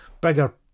bigger